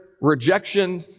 rejection